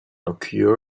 occur